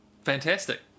fantastic